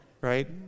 Right